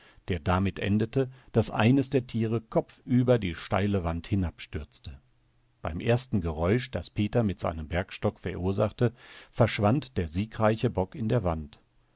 der damit endete daß eines der tiere kopfüber die steile wand hinabstürzte beim ersten geräusch das peter mit seinem bergstock verursachte verschwand der siegreiche bock in der wand